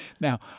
Now